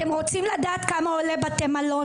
אתם רוצים לדעת מה המחירים של בתי מלון,